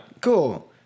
Cool